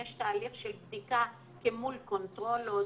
יש תהליך של בדיקה מול קונטרולות.